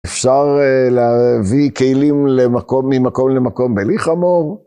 אפשר להביא כלים ממקום למקום בלי חמור.